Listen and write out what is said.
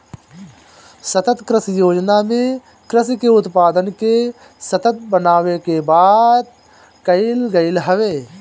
सतत कृषि योजना में कृषि के उत्पादन के सतत बनावे के बात कईल गईल हवे